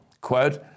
quote